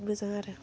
मोजां आरो